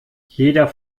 jeder